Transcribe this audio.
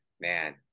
man